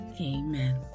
Amen